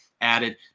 added